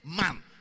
man